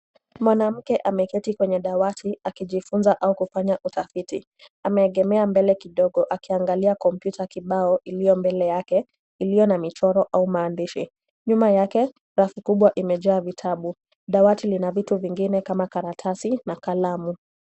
Mwanamke ameketi kwenye dawati akijifunza au kufanya utafiti. Ameegemea mbele kidogo akiangalia kompyuta kibao iliyo mbele yake iliyo na michoro au maandishi. Nyuma yake, rafu kubwa imejaa vitabu. Dawati lina vitu vingine kama karatasi na kalamu.